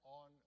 on